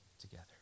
together